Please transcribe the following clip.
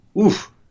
Oof